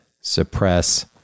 suppress